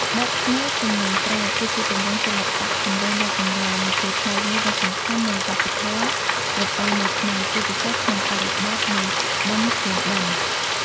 បទស្មូត ទំនួញប្រេត គឺជាទម្រង់សិល្បៈសំឡេងដ៏កម្រ និងជាផ្នែកមួយដ៏សំខាន់នៃ វប្បធម៌ប្រពៃណីខ្មែរ ជាពិសេសក្នុងបរិបទនៃ បុណ្យភ្ជុំបិណ្ឌ។